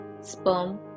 sperm